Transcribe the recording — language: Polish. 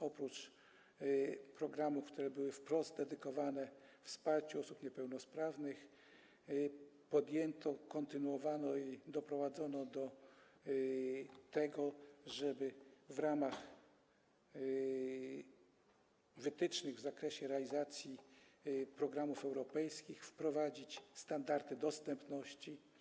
Oprócz programów, które były wprost dedykowane wsparciu osób niepełnosprawnych, podjęto, kontynuowano to i doprowadzono do tego, żeby w ramach wytycznych w zakresie realizacji programów europejskich wprowadzić standardy dostępności.